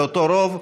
אותו רוב,